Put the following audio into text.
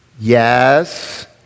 yes